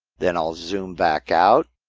then i'll zoom back out.